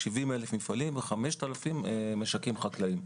על 70,000 מפעלים ו-5,000 משקים חקלאיים.